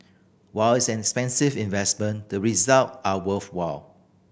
while it's an expensive investment the result are worthwhile